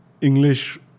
English